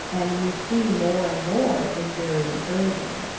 and you see more and more, is very encouraging,